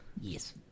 Yes